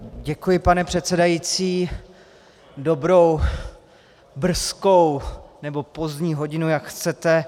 Děkuji, pane předsedající, dobrou brzkou nebo pozdní hodinu, jak chcete.